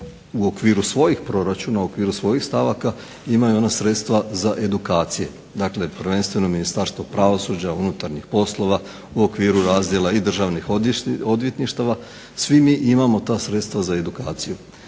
u okviru svojih proračuna u okviru svojih stavaka imaju ona sredstva za edukacije. Dakle, prvenstveno Ministarstvo pravosuđa, MUP, u okviru razdjela i državnih odvjetništava, svi imamo ta sredstva za edukaciju.